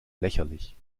lächerlich